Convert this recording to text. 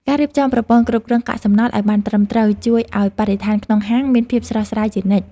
ការរៀបចំប្រព័ន្ធគ្រប់គ្រងកាកសំណល់ឱ្យបានត្រឹមត្រូវជួយឱ្យបរិស្ថានក្នុងហាងមានភាពស្រស់ស្រាយជានិច្ច។